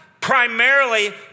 primarily